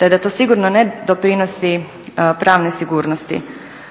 te da to sigurno ne doprinosi pravnoj sigurnosti.